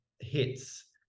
hits